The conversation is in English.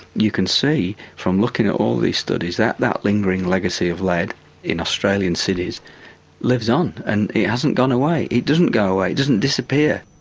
you can see from looking at all these studies that that lingering legacy of lead in australian cities lives on and it hasn't gone away. it doesn't go away. it doesn't disappear.